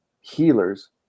healers